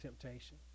temptation